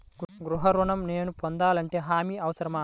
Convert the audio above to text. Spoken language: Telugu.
గృహ ఋణం నేను పొందాలంటే హామీ అవసరమా?